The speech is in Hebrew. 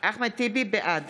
בעד